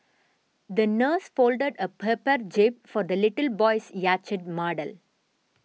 the nurse folded a paper jib for the little boy's yacht model